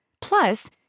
Plus